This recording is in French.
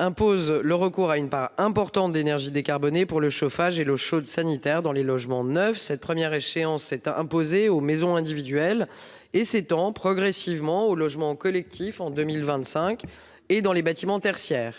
imposer le recours à une part importante d'énergie décarbonée pour le chauffage et l'eau chaude sanitaire dans les logements neufs. Cette première échéance a été imposée aux maisons individuelles. Elle sera progressivement étendue aux logements collectifs en 2025 et aux bâtiments tertiaires.